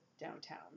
downtown